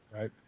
Right